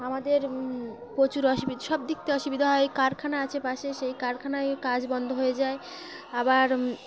আমাদের প্রচুর অসুবিধা সব দিক থেকে অসুবিধা হয় কারখানা আছে পাশে সেই কারখানায় কাজ বন্ধ হয়ে যায় আবার